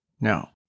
Now